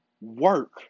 work